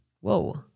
Whoa